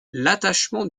l’attachement